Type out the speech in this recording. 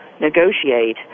negotiate